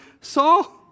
Saul